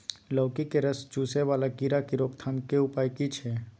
लौकी के रस चुसय वाला कीरा की रोकथाम के उपाय की छै?